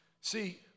See